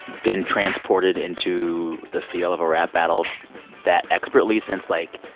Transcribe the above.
been transported into the feel of a rap battle that expertly since, like,